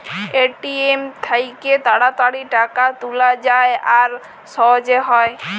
ATM থ্যাইকে তাড়াতাড়ি টাকা তুলা যায় আর সহজে হ্যয়